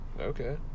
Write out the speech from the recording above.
Okay